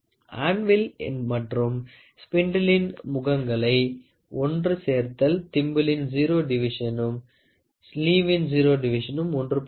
anvil மற்றும் ஸ்பிண்டிளின் முகங்களை ஒன்று சேர்த்தால் திம்பளின் 0 டிவிஷனும் ஸ்லீவின் 0 டிவிஷனும் ஒன்று பட்டிருக்கும்